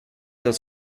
das